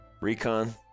Recon